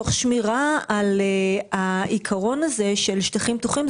תוך שמירה על העיקרון הזה של שטחים פתוחים.